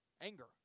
anger